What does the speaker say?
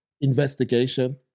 investigation